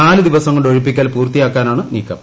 നാല് ദിവസം കൊണ്ട് ഒഴിപ്പിക്കൽ പൂർത്തിയാക്കാനാണ് നീക്കം